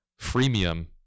freemium